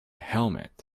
helmet